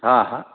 हा हा